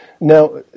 Now